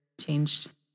changed